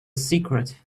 secret